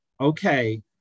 okay